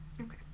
Okay